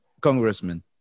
congressman